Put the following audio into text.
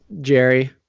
Jerry